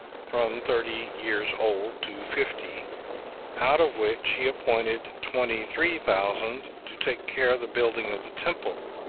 from thirty years old to fifty out of which he appointed twenty-three thousand to take care of the building of the temple,